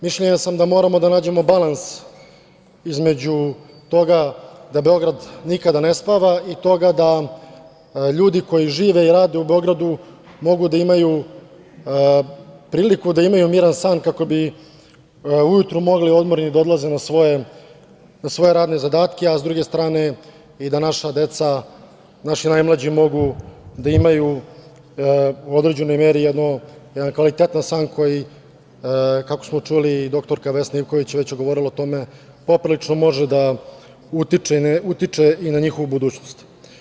Mišljenja sam da moramo da nađemo balans između toga da Beograd nikada ne spava i toga da ljudi koji žive i rade u Beogradu mogu da imaju priliku da imaju miran san kako bi ujutru mogli odmorni da odlaze na svoje radne zadatke, a s druge strane i da naša deca, naši najmlađi mogu da imaju u određenoj meri jedan kvalitetan san koji, kako smo čuli, i doktorka Ivković je već govorila o tome, poprilično može da utiče i na njihovu budućnost.